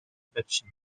affection